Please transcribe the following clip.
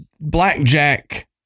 Blackjack